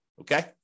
Okay